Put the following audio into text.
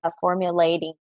formulating